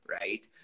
right